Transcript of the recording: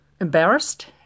embarrassed